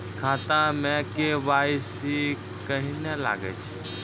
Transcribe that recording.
खाता मे के.वाई.सी कहिने लगय छै?